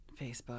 Facebook